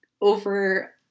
over